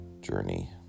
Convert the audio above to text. journey